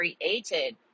created